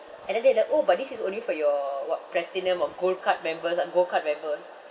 and then they're like orh but this is only for your what platinum or gold card members ah gold card member